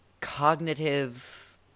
cognitive